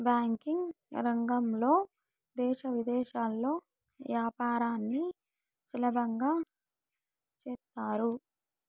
banking రంగంలో దేశ విదేశాల్లో యాపారాన్ని సులభంగా చేత్తారు